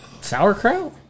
sauerkraut